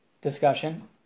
discussion